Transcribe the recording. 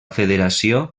federació